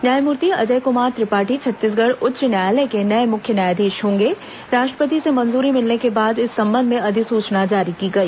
न्यायमूर्ति अजय कुमार त्रिपाठी छत्तीसगढ़ उच्च न्यायालय के नए मुख्य न्यायाधीश होंगे राष्ट्रपति से मंजूरी मिलने के बाद इस संबंध में अधिसूचना जारी की गई